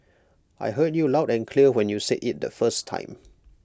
I heard you loud and clear when you said IT the first time